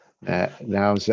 now